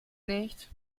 nicht